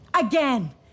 Again